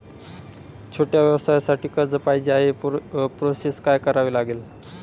छोट्या व्यवसायासाठी कर्ज पाहिजे आहे प्रोसेस काय करावी लागेल?